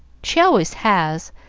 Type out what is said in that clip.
she always has,